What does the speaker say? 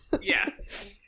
Yes